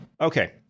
Okay